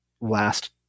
last